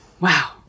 Wow